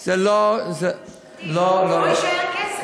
זה לא, לא יישאר כסף.